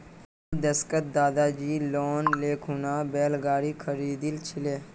अस्सीर दशकत दादीजी लोन ले खूना बैल गाड़ी खरीदिल छिले